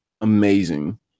Amazing